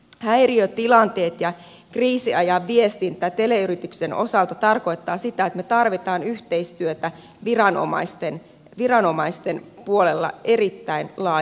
häiriötilanteet ja kriisiajan viestintä teleyrityksen osalta tarkoittaa sitä että me tarvitsemme yhteistyötä viranomaisten puolella erittäin laajasti